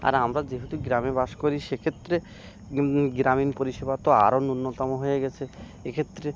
আর আমরা যেহেতু গ্রামে বাস করি সেক্ষেত্রে গ্রামীণ পরিষেবা তো আরও ন্যূনতম হয়ে গিয়েছে এক্ষেত্রে